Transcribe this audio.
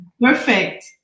Perfect